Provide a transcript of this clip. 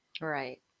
Right